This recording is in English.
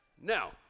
Now